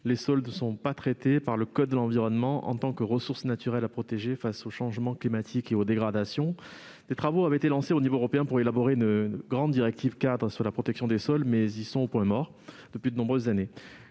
les sols ne sont pas traités par le code de l'environnement en tant que ressource naturelle à protéger face aux changements climatiques et aux dégradations. Des travaux avaient été engagés à l'échelon européen pour élaborer une grande directive-cadre sur la protection des sols, mais ils sont au point mort depuis de nombreuses années.